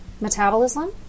metabolism